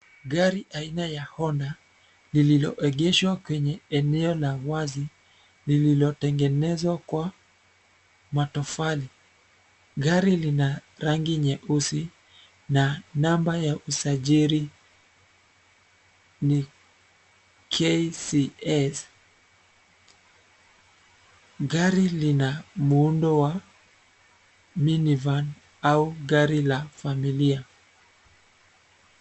Gari aina ya Honda, lililoegeshwa kwenye eneo la wazi, lililotengenezwa kwa, matofali. Gari lina rangi nyeusi, na namba ya usajili, ni KCS, gari lina muundo wa, minivan , au gari la familia.